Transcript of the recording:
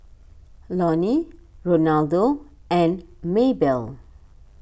Loni Ronaldo and Maebell